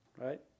right